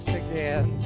again